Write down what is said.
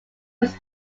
was